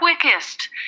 quickest